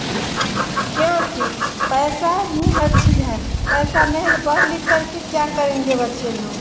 क्योंकि पैसा ही हर चीज़ है पैसा नहीं है पढ़ लिखकर के क्या करेंगे बच्चे लोग